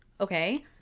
Okay